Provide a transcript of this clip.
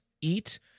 eat